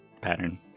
pattern